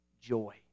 joy